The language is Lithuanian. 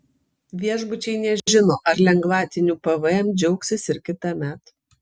viešbučiai nežino ar lengvatiniu pvm džiaugsis ir kitąmet